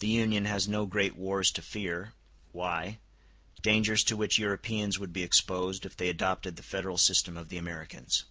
the union has no great wars to fear why dangers to which europeans would be exposed if they adopted the federal system of the americans.